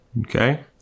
Okay